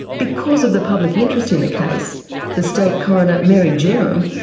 because of the public interest in the case the state coroner, mary jerram,